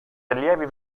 allievi